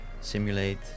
simulate